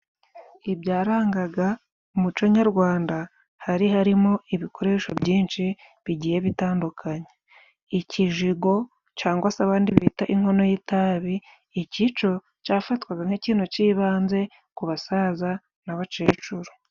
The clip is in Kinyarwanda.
Ibyarangaga umuco nyarwanda hari harimo ibikoresho byinshi bigiye bitandukanye, ikijigo cangwa se abandi bita inkono y'itabi, iki co cafatwaga nk'ikintu c'ibanze ku basaza n'abakecuru.